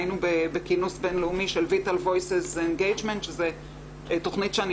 היינו בכינוס בין-לאומי של vital voices engagement שזו תכנית שאני